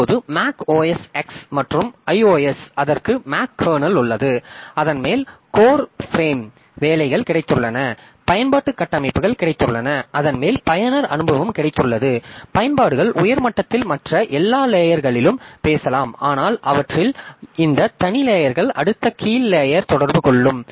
இப்போது Mac OS X மற்றும் iOS அதற்கு மேல் கர்னல் உள்ளது அதன் மேல் கோர் ஃபிரேம் வேலைகள் கிடைத்துள்ளன பயன்பாட்டு கட்டமைப்புகள் கிடைத்துள்ளன அதன் மேல் பயனர் அனுபவம் கிடைத்துள்ளது பயன்பாடுகள் உயர் மட்டத்தில் மற்ற எல்லா லேயர் களிலும் பேசலாம் ஆனால் அவற்றின் இந்த தனி லேயர்கள் அடுத்த கீழ் லேயர் தொடர்பு கொள்ளும்